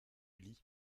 lis